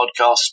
podcast